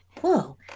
whoa